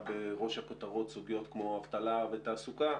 בראש הכותרות סוגיות כמו אבטלה ותעסוקה